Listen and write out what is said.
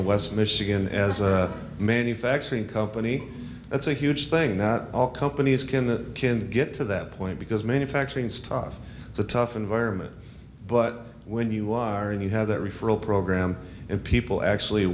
for west michigan as a manufacturing company that's a huge thing that all companies can that can get to that point because manufacturing is tough it's a tough environment but when you are and you have that referral program and people actually